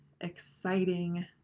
exciting